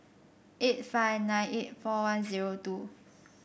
eight five nine eight four one zero two